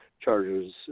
charges